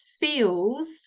feels